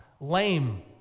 lame